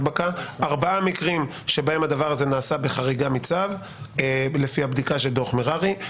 ארבעה מקרים שבהם הדבר הזה נעשה בחריגה מצו לפי הבדיקה של דוח מררי.